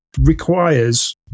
requires